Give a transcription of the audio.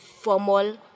formal